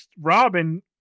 Robin